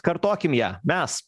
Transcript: kartokim ją mes